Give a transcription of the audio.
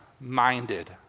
minded